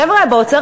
חבר'ה באוצר,